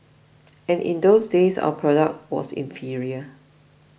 and in those days our product was inferior